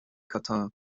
katar